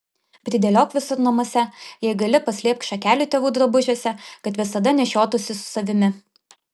pridėliok visur namuose jei gali paslėpk šakelių tėvų drabužiuose kad visada nešiotųsi su savimi